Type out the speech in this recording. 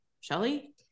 Shelly